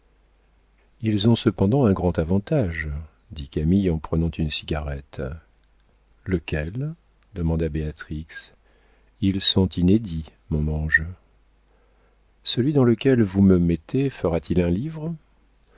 ils ont cependant un grand avantage dit camille en prenant une cigarette lequel demanda béatrix ils sont inédits mon ange celui dans lequel vous me mettez fera-t-il un livre